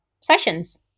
sessions